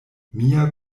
mia